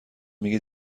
میگه